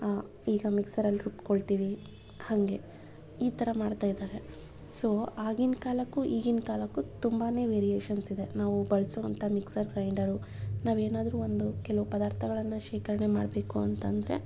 ಈಗ ಮಿಕ್ಸರಲ್ಲಿ ರುಬ್ಕೊಳ್ತೀವಿ ಹಾಗೆ ಈ ಥರ ಮಾಡ್ತಾ ಇದ್ದಾರೆ ಸೊ ಆಗಿನ ಕಾಲಕ್ಕೂ ಈಗಿನ ಕಾಲಕ್ಕೂ ತುಂಬಾ ವೇರಿಯೇಷನ್ಸ್ ಇದೆ ನಾವು ಬಳ್ಸೋವಂಥ ಮಿಕ್ಸರ್ ಗ್ರೈಂಡರು ನಾವೇನಾದರೂ ಒಂದು ಕೆಲವು ಪದಾರ್ಥಗಳನ್ನು ಶೇಖರಣೆ ಮಾಡಬೇಕು ಅಂತಂದರೆ